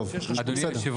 טוב, בסדר.